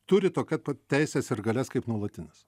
turi tokia pat teises ir galias kaip nuolatinis